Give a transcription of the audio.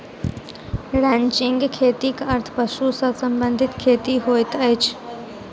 ranching खेतीक अर्थ पशु सॅ संबंधित खेती होइत अछि